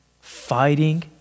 fighting